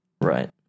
right